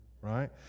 right